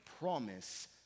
promise